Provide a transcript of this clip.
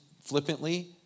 flippantly